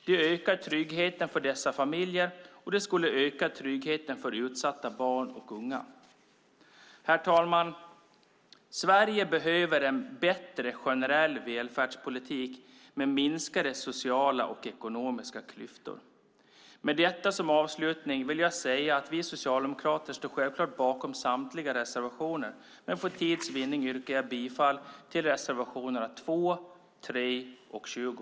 Det ökar tryggheten för dessa familjer och det skulle öka tryggheten för utsatta barn och unga. Herr talman! Sverige behöver en bättre generell välfärdspolitik med minskade sociala och ekonomiska klyftor. Med detta som avslutning vill jag säga att vi socialdemokrater självklart står bakom samtliga reservationer, men för tids vinning yrkar jag bifall till reservationerna 2, 3 och 20.